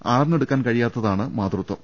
അളന്നെടു ക്കാൻ കഴിയാത്തതാണ് മാതൃത്വം